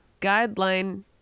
guideline